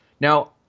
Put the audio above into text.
Now